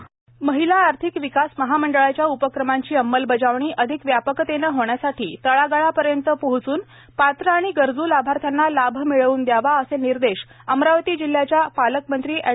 यशोमती ठाकूर महिला आर्थिक विकास महामंडळाच्या उपक्रमांची अंमलबजावणी अधिक व्यापकतेने होण्यासाठी तळागाळापर्यंत पोहोचून पात्र आणि गरजू लाभार्थ्यांना लाभ मिळवून चावा असे निर्देश अमरावती जिल्ह्याच्या पालकमंत्री ऍड